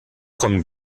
con